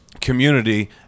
community